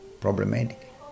problematic